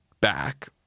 back